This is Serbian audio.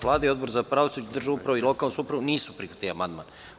Vlada i Odbor za pravosuđe, državnu upravu i lokalnu samoupravu nisu prihvatili amandman.